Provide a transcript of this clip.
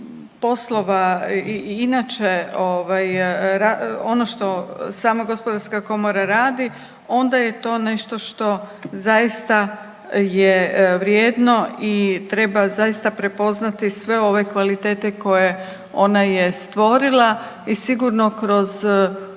poslova i inače ono što sama Gospodarska komora radi onda je to nešto što zaista je vrijedno i treba zaista prepoznati sve ove kvalitete koje je ona stvorila. I sigurno kroz